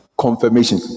Confirmation